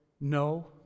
No